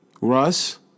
Russ